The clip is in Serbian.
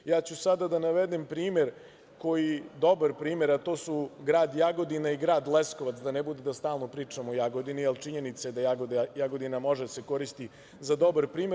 Ja ću sada da navedem dobar primer, a to su grad Jagodina i grad Leskovac, da ne bude da stalno pričamo o Jagodini, ali činjenica je da Jagodina može da se koristi za dobar primer.